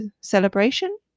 celebration